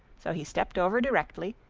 so he stepped over directly,